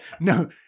No